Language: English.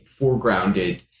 foregrounded